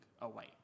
awake